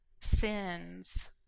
sins